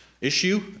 issue